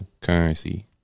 Currency